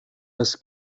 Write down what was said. das